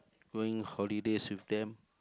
going holidays with them